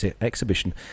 Exhibition